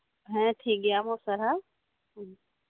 ᱦᱮᱸ ᱴᱷᱤᱠ ᱜᱮᱭᱟ ᱟᱭᱢᱟ ᱟᱭᱢᱟ ᱟᱨᱦᱟᱣ